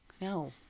no